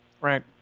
Right